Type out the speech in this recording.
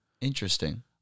Interesting